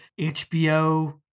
HBO